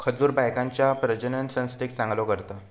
खजूर बायकांच्या प्रजननसंस्थेक चांगलो करता